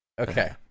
Okay